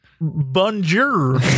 bonjour